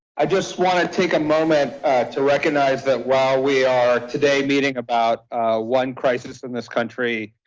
i just want to take a moment to recognize that while we are today meeting about one crisis in this country,